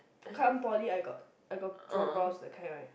to come poly I got I got draw brows that kind right